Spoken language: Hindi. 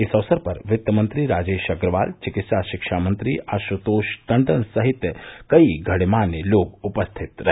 इस अवसर पर वित्तमंत्री राजेश अग्रवाल चिकित्सा शिक्षा मंत्री आशुतोष टंडन सहित कई गण्यमान्य लोग उपस्थित रहे